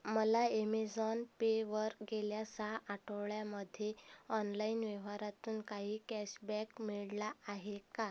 मला एमेझॉन पेवर गेल्या सहा आठवड्यामध्ये ऑनलाईन व्यवहारातून काही कॅशबॅक मिळाला आहे का